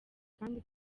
kandi